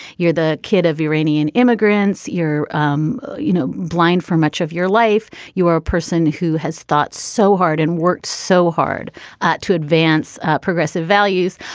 you're the kid of iranian immigrants you're um you know blind for much of your life. you are a person who has thought so hard and worked so hard to advance progressive values.